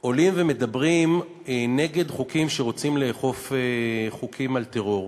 עולים ומדברים נגד חוקים שרוצים לאכוף חוקים על טרור.